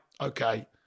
okay